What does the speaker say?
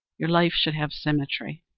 your life should have symmetry.